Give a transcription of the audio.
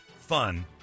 fun